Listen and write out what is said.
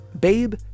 Babe